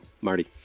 Marty